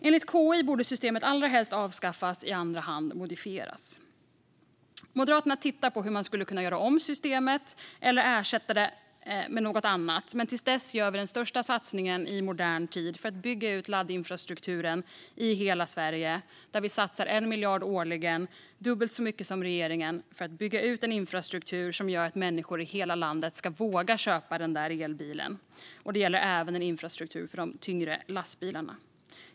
Enligt KI borde systemet allra helst avskaffas och i andra hand modifieras. Moderaterna tittar på hur man skulle kunna göra om systemet eller ersätta det med något annat, men till dess gör vi den största satsningen i modern tid för att bygga ut laddinfrastrukturen i hela Sverige. Vi satsar 1 miljard årligen, dubbelt så mycket som regeringen, för att bygga ut en infrastruktur som ska göra att människor i hela landet vågar köpa den där elbilen. Det gäller även en infrastruktur för de tyngre lastbilarna.